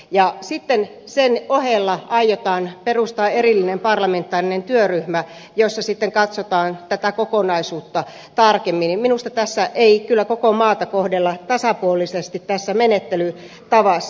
ja jos sitten sen ohella aiotaan perustaa erillinen parlamentaarinen työryhmä jossa sitten katsotaan tätä kokonaisuutta tarkemmin niin minusta ei kyllä koko maata kohdella tasapuolisesti tässä menettelytavassa